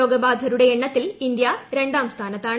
രോഗ ബാധിതരുടെ എണ്ണത്തിൽ ഇന്ത്യ രണ്ടാം സ്ഥാനത്താണ്